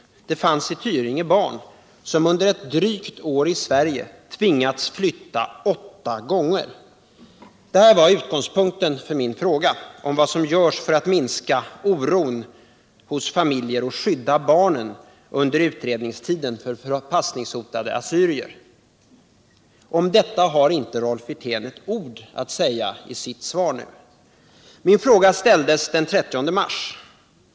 Det fanns i Tyringe barn som under ett drygt år i Sverige tvingats flytta åtta gånger. Detta är utgångspunkten för min fråga om vad som görs för att under utredningstiden minska oron hos förpassningshotade assyriska familjer och skydda deras barn. Om detta har Rolf Wirtén inte ett ord att säga i sitt svar. Min fråga ställdes den 30 mars.